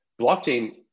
Blockchain